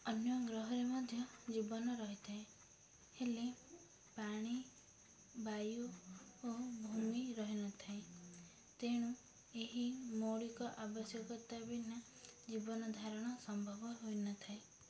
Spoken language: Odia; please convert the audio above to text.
ଅନ୍ୟ ଗ୍ରହରେ ମଧ୍ୟ ଜୀବନ ରହିଥାଏ ହେଲେ ପାଣି ବାୟୁ ଓ ଭୂମି ରହି ନ ଥାଏ ତେଣୁ ଏହି ମୌଳିକ ଆବଶ୍ୟକତା ବିନା ଜୀବନ ଧାରଣ ସମ୍ଭବ ହୋଇ ନ ଥାଏ